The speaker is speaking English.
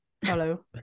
Hello